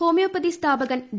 homeopathy സ്ഥാപകൻ ഡോ